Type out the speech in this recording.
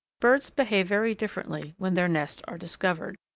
birds behave very differently when their nests are discovered.